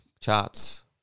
charts